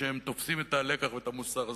שתופסים את הלקח ואת המוסר הזה.